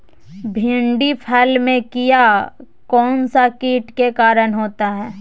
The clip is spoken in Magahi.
भिंडी फल में किया कौन सा किट के कारण होता है?